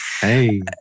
Hey